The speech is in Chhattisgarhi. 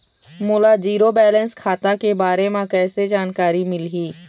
मोला जीरो बैलेंस खाता के बारे म कैसे जानकारी मिलही?